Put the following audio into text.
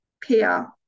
peer